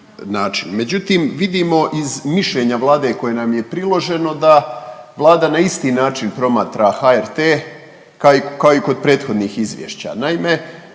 Međutim, vidimo iz mišljenja Vlade koje nam je priloženo da Vlada na isti način promatra HRT kao i kod prethodnih izvješća.